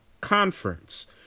conference